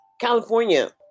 California